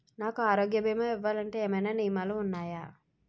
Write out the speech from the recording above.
నాకు ఆరోగ్య భీమా ఇవ్వాలంటే ఏమైనా నియమాలు వున్నాయా?